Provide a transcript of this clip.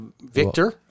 Victor